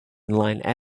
line